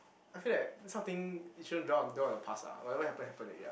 I feel that this kind of thing it shouldn't drown on dwell on your past ah whatever happen happen already lah